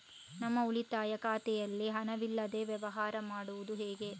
ನಮ್ಮ ಉಳಿತಾಯ ಖಾತೆಯಲ್ಲಿ ಹಣವಿಲ್ಲದೇ ವ್ಯವಹಾರ ಮಾಡುವುದು ಹೇಗೆ?